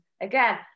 again